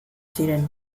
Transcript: ziren